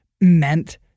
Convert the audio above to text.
meant